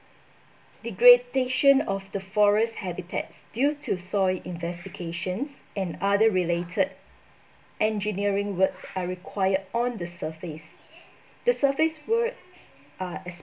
degradation of the forest habitats due to soil investigations and other related engineering works are required on the surface the surface works are as